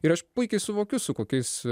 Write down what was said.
ir aš puikiai suvokiu su kokiais